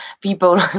people